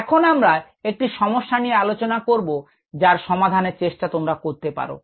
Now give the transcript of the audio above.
এখন আমরা একটি সমস্যা নিয়ে আলোচনা করব যার সমাধান তোমরা চেষ্টা করতে পারো